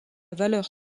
valeur